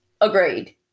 Agreed